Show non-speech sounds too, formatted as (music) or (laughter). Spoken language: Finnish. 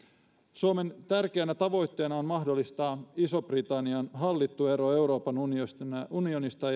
suomen tärkeänä tavoitteena on mahdollistaa ison britannian hallittu ero euroopan unionista (unintelligible)